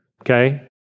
okay